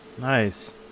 Nice